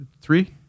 three